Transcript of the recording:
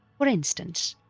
for instance,